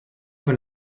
wenn